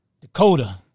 Dakota